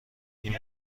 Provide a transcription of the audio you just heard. این